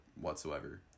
whatsoever